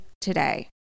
today